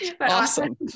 awesome